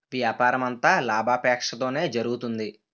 వ్యాపారమంతా లాభాపేక్షతోనే జరుగుతుంది